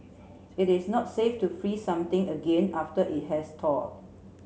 it is not safe to freeze something again after it has thawed